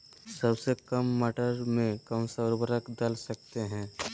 सबसे काम मटर में कौन सा ऊर्वरक दल सकते हैं?